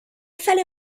sale